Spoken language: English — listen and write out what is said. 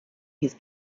his